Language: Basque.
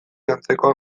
antzekoa